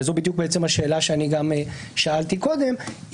וזו השאלה שאני גם שאלתי קודם,